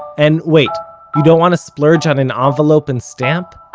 and wait you don't want to splurge on an ah envelope and stamp?